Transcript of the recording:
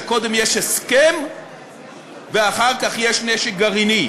שקודם יש הסכם ואחר כך יש נשק גרעיני.